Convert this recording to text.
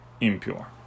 impure